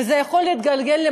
וזה יכול להתגלגל,